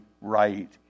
right